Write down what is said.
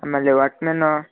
ಆಮೇಲೆ walk man